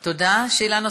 תודה.